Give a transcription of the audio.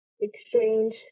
exchange